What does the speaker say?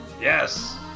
Yes